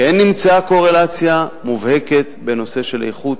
כן נמצאה קורלציה מובהקת בנושא של איכות